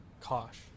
Kosh